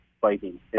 fighting